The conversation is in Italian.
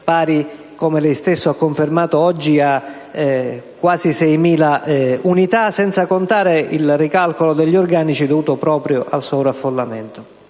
pari, come lei stesso ha confermato oggi, a quasi 6.000 unità, senza contare il ricalcolo degli organici dovuto proprio al sovraffollamento.